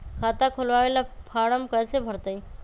खाता खोलबाबे ला फरम कैसे भरतई?